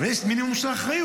אבל יש מינימום של אחריות.